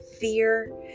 fear